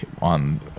on